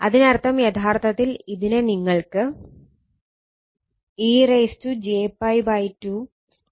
അതിനർത്ഥം യഥാർത്ഥത്തിൽ ഇതിനെ നിങ്ങൾക്ക് e j 𝜋 2 എന്നായിട്ട് എഴുതാം